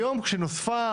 היום כאשר נוספה,